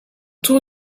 tour